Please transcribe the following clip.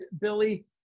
Billy